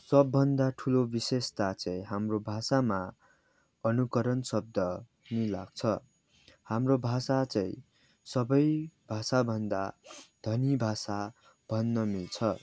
सबभन्दा ठुलो विशेषता चाहिँ हाम्रो भाषामा अनुकरण शब्द नि लाग्छ हाम्रो भाषा चाहिँ सबै भाषा भन्दा धनी भाषा भन्न मिल्छ